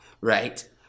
right